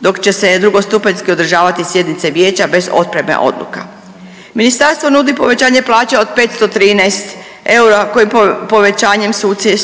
dok će se drugostupanjski održavati sjednice vijeća bez otpreme odluka. Ministarstvo nudi povećanje plaća od 513 eura kojim povećanjem suci